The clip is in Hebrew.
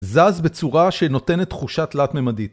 זז בצורה שנותנת תחושה תלת-ממדית